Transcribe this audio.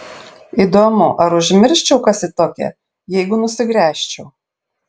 įdomu ar užmirščiau kas ji tokia jeigu nusigręžčiau